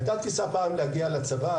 הייתה תפיסה פעם להגיע לצבא,